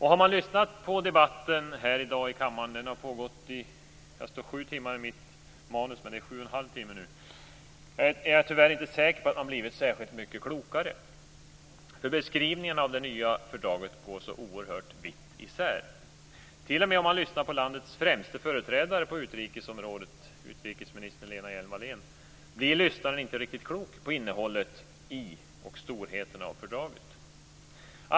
Har man lyssnat på debatten här i dag i kammaren - den har pågått i 7 1⁄2 timme nu - är jag tyvärr inte säker på att man har blivit särskilt mycket klokare. Beskrivningarna av det nya fördraget går så oerhört vitt isär. T.o.m om man lyssnar på landets främsta företrädare på utrikesområdet, utrikesminister Lena Hjelm-Wallén, blir lyssnaren inte riktigt klok på innehållet och storheten i fördraget.